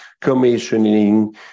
commissioning